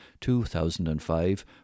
2005